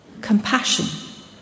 compassion